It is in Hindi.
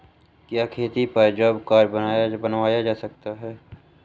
क्या खेती पर जॉब कार्ड बनवाया जा सकता है?